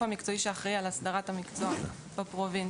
המקצועי שאחראי על הסדרת המקצוע בפרובינציה.